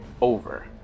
over